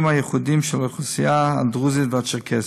הייחודיים של האוכלוסייה הדרוזית והצ'רקסית.